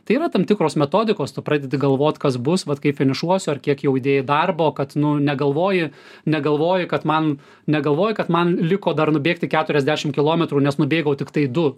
tai yra tam tikros metodikos tu pradedi galvot kas bus vat kai finišuosiu ar kiek jau dėjai darbo kad nu negalvoji negalvoji kad man negalvoji kad man liko dar nubėgti keturiasdešim kilometrų nes nubėgau tiktai du